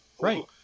right